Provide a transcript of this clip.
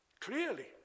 clearly